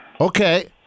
Okay